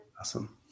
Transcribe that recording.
Awesome